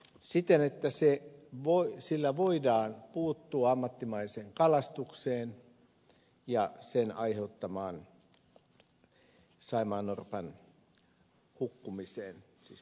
siten että sillä voidaan puuttua ammattimaiseen kalastukseen ja sen aiheuttamaan saimaannorpan hukkumiseen siis menehtymiseen